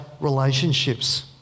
relationships